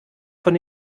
von